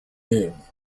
live